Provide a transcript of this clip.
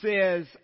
says